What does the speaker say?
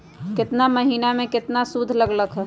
केतना महीना में कितना शुध लग लक ह?